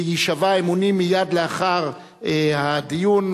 יישבע אמונים מייד לאחר הדיון,